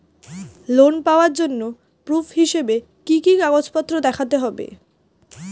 Loan পাওয়ার জন্য proof হিসেবে কি কি কাগজপত্র দেখাতে হবে?